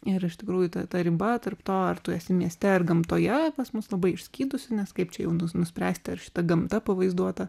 ir iš tikrųjų ta riba tarp to ar tu esi mieste ar gamtoje pas mus labai išskydusi nes kaip čia jau nu nuspręsti ar šita gamta pavaizduota